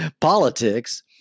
politics